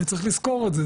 וצריך לזכור את זה,